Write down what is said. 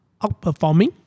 outperforming